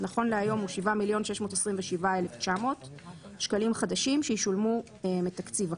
נכון להיום הוא "7,627,900 שקלים חדשים שישולמו מתקציב הכנסת.".